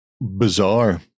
bizarre